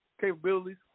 capabilities